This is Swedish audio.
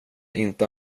inte